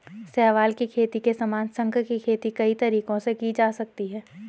शैवाल की खेती के समान, शंख की खेती कई तरीकों से की जा सकती है